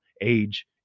age